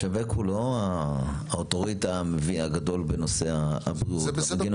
משווק הוא לא האוטוריטה הגדול בנושא --- נקודות.